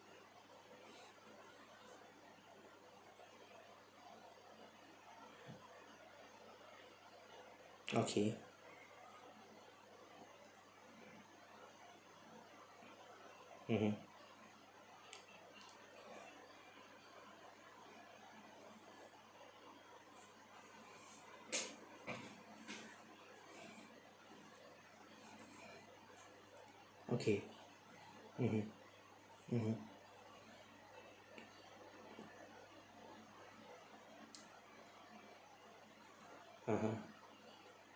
okay mmhmm okay mmhmm mmhmm (uh huh)